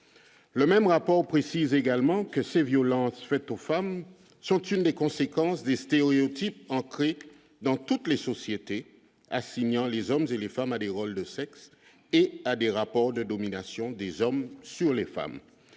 le même rapport précise également que ces violences faites aux femmes sont une des conséquences des stéréotypes ancrés dans toutes les sociétés assignant les hommes et les femmes à des rôles de sexe et à des rapports de domination des hommes sur les femmes,